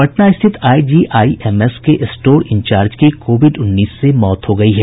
पटना स्थित आईजीआईएमएस के store incharge की कोविड उन्नीस से मौत हो गयी है